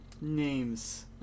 Names